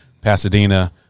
Pasadena